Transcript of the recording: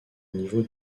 niveau